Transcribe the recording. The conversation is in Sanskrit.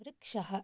वृक्षः